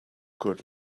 good